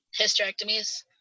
hysterectomies